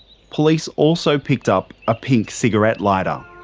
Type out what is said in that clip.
police also picked up a pink cigarette lighter.